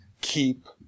keep